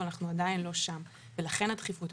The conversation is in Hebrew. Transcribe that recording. אבל אנחנו עדיין לא שם ולכן הדחיפות.